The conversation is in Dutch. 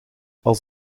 als